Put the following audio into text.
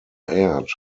aired